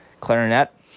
clarinet